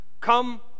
Come